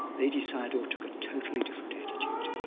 ledi sayadaw took a totally different attitude.